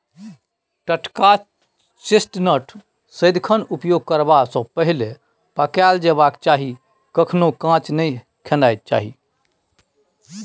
टटका चेस्टनट सदिखन उपयोग करबा सँ पहिले पकाएल जेबाक चाही कखनहुँ कांच नहि खेनाइ चाही